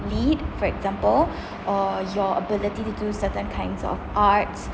lead for example or your ability to do certain kinds of arts